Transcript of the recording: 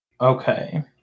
Okay